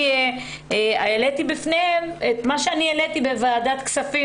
אני העליתי בפניהם את מה שאני העליתי בוועדת כספים